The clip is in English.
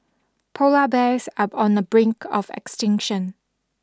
polar bears are on the brink of extinction